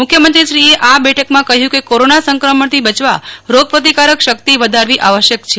મુખ્યમંત્રીશ્રીએ આ બેઠકમાં કહ્યું કે કોરોના સંક્રમણથી બચવા રોગપ્રતિકારક શકિત વધારવી આવશ્યક છે